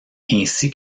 ainsi